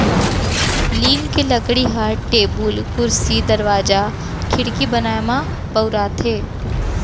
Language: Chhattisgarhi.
लीम के लकड़ी ह टेबुल, कुरसी, दरवाजा, खिड़की बनाए म बउराथे